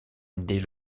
dès